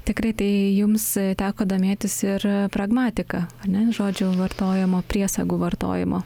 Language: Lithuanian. tikrai tai jums teko domėtis ir pragmatika a ne žodžių vartojimo priesagų vartojimo